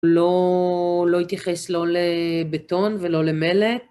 לא התייחס לא לבטון ולא למלט.